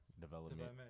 development